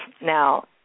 Now